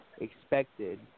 expected